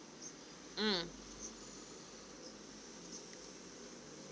mm